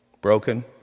Broken